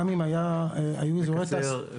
גם אם היו אזורי תעסוקה.